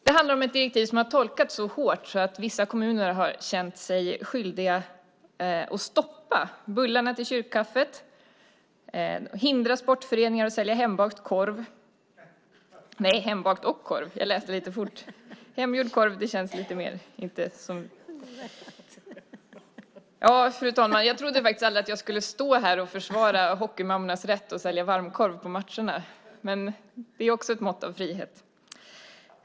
Det handlar om ett direktiv som har tolkats så hårt att vissa kommuner har känt sig skyldiga att stoppa bullarna till kyrkkaffet och att hindra sportföreningar att sälja hembakt och korv. Jag trodde faktiskt aldrig att jag skulle stå här och försvara hockeymammornas rätt att sälja varmkorv på matcherna, men det är också ett mått av frihet.